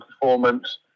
performance